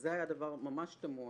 וזה היה דבר ממש תמוה.